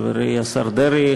חברי השר דרעי,